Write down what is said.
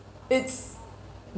it's